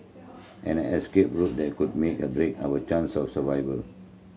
and an escape route that could make or break our chance of survival